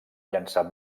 llançar